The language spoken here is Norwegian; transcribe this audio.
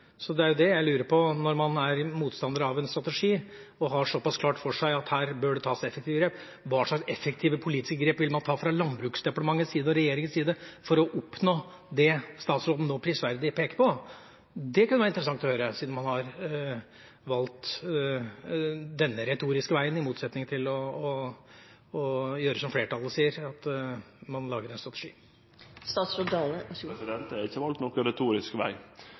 så pass klart for seg at her bør det tas effektive grep, hva slags effektive politiske grep vil man ta fra Landbruksdepartementet og regjeringens side for å oppnå det statsråden nå prisverdig peker på? Det kunne det være interessant å høre, siden man har valgt denne retoriske veien, i motsetning til å gjøre som flertallet sier, at man lager en strategi. Eg har ikkje valt nokon retorisk veg. Eg peika på eit tiltak som vart gjennomført 1. juni i fjor, som handlar om endra lovverk for plantevernmiddel. Eg peika på at vi har laga ein handlingsplan for vidareføring av det,